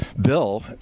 bill